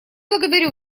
благодарю